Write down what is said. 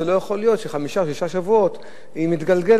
זה לא יכול להיות שחמישה-שישה שבועות היא מתגלגלת.